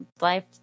life